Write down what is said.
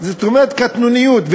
זאת אומרת, קטנוניות.